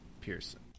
Pearson